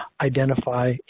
identify